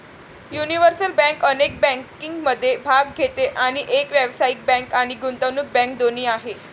universal bank अनेक बँकिंगमध्ये भाग घेते आणि एक व्यावसायिक बँक आणि गुंतवणूक बँक दोन्ही आहे